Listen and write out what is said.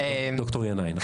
ד"ר ינאי.